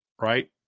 right